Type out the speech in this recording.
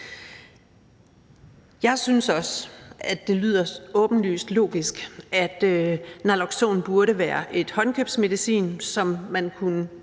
Jeg synes også, at det lyder åbenlyst logisk, at naloxon burde være en håndkøbsmedicin, som man kunne